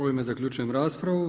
Ovime zaključujem raspravu.